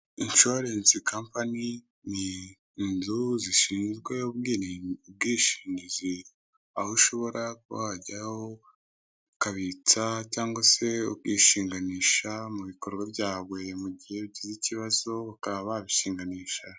Insurance company ni inzu zishinzwe ubwishingizi, aho ushobora kuhajyaho ukabitsa cyangwa se ukishinganisha mu bikorwa byawe mu gihe ugize ikibazo bakaba babishinganisha.